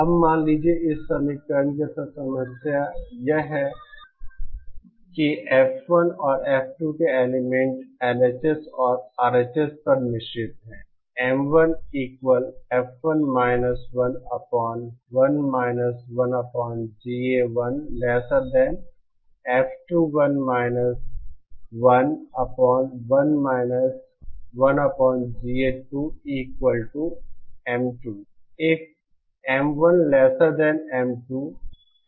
अब मान लीजिए इस समीकरण के साथ समस्या यह है कि F 1 और F 2 के एलिमेंट LHS और RHS पर मिश्रित हैं